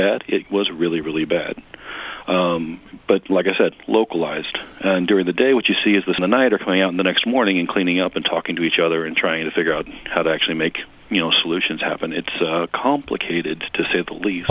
bad it was really really bad but like i said localized during the day what you see is the night are coming on the next morning and cleaning up and talking to each other and trying to figure out how to actually make you know solutions haven't it's complicated to say the least